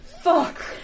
Fuck